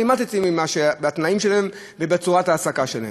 והמעטתי בעניין התנאים שלהם ובצורת ההעסקה שלהם.